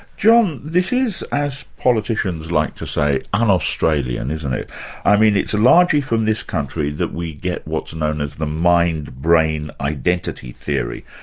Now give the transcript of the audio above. john, this is, as politicians like to say, un-australian, isn't i i mean it's largely from this country that we get what's known as the mind-brain identity theory.